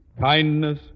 Kindness